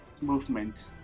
movement